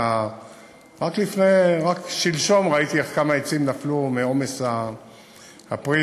רק שלשום ראיתי כמה עצים נפלו מעומס הפרי.